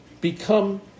become